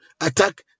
attack